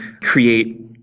create